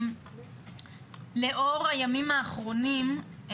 לאור הימים האחרונים,